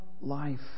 life